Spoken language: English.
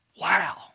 Wow